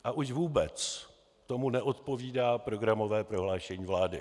A už vůbec tomu neodpovídá programové prohlášení vlády.